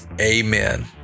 amen